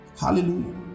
hallelujah